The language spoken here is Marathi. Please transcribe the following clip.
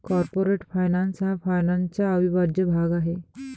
कॉर्पोरेट फायनान्स हा फायनान्सचा अविभाज्य भाग आहे